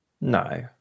No